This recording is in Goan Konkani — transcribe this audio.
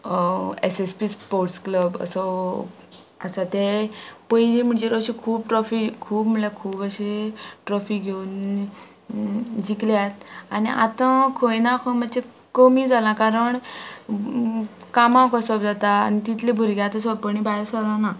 S S P sports club असो आसा ते पयली म्हणजे अशी खूब ट्रोफी खूब म्हळ्यार खूब अशें ट्रॉफी घेवन जिकल्यात आनी आतां खंय ना खंय मात्शे कमी जालां कारण कामाक वसप जाता आनी तितले भुरगे आतां सोंपेपणी भायर सोरना